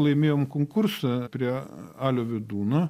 laimėjom konkursą prie alio vidūno